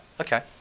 okay